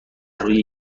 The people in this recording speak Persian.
روی